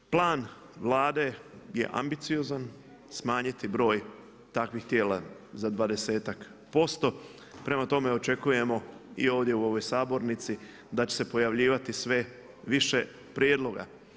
Plan Vlade je ambiciozan smanjiti broj takvih tijela za 20-ak posto prema tome očekujemo i ovdje u ovoj sabornici da će se pojavljivati sve više prijedloga.